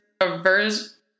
averse